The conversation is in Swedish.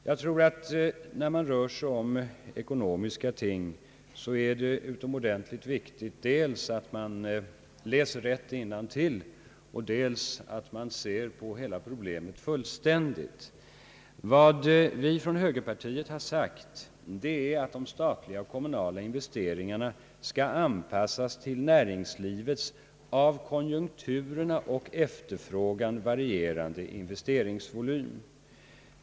Jag tror att det är utomordentligt viktigt när ekonomiska frågor diskuteras, att man dels läser rätt innantill och dels ser på problemet som helhet. Vad vi från högerpartiet har sagt är att de statliga och kommunala investeringarna skall anpassas till näringslivets på grund av konjunkturerna och efterfrågan varierande investeringsvolym.